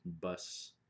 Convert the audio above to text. bus